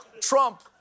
Trump